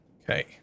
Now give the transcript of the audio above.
Okay